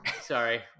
sorry